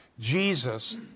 Jesus